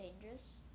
dangerous